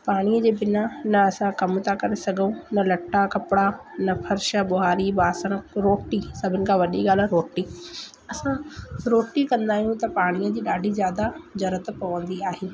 पाणीअ जे बिना न असां कम था करे सघूं न लटा कपिड़ा न फ़र्शु ॿुहारी बासण रोटी सभिनि खां वॾी ॻाल्हि आहे रोटी असां रोटी कंदा आहियूं त पाणीअ जी ॾाढी ज़्यादा ज़रूरत पवंदी आहे